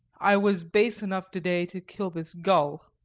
i was base enough to-day to kill this gull.